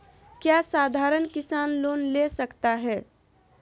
क्या साधरण किसान लोन ले सकता है?